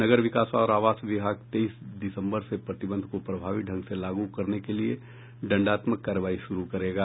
नगर विकास और आवास विभाग तेईस दिसम्बर से प्रतिबंध को प्रभावी ढंग से लागू करने के लिए दंडात्मक कार्रवाई शुरू करेगा